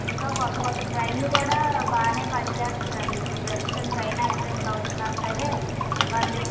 ఇంకా కొత్త కొత్త ట్రైన్లు కూడా బాగా పనిచేస్తున్నారు ఇప్పుడు ప్రస్తుతం ట్రైన్ యాక్సిడెంట్లు అవుతున్న సరే వందే భారత్